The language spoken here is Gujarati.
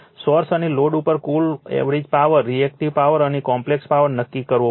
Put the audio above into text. સોર્સ અને લોડ ઉપર કુલ એવરેજ પાવર રિએક્ટિવ પાવર અને કોમ્પ્લેક્સ પાવર નક્કી કરવો પડશે